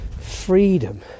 freedom